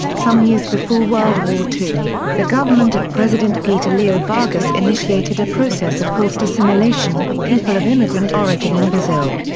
some years before world war ii, the government of president getulio vargas initiated a process of forced assimilation of people of immigrant origin in brazil.